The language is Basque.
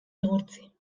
igurtzi